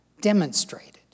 demonstrated